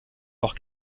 leur